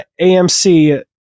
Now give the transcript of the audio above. AMC